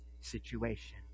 situation